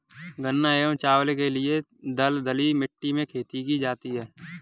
गन्ना एवं चावल के लिए दलदली मिट्टी में खेती की जाती है